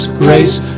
grace